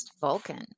Vulcan